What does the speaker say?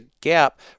gap